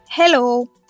Hello